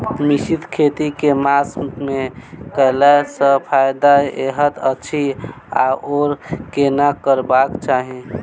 मिश्रित खेती केँ मास मे कैला सँ फायदा हएत अछि आओर केना करबाक चाहि?